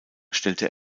stellte